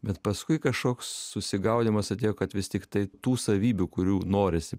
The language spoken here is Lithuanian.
bet paskui kašoks susigaudymas atėjo kad vis tiktai tų savybių kurių norisi